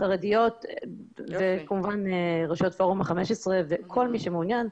חרדיות וכמובן רשויות פורום ה-15 וכל מי שמעוניין,